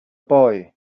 boy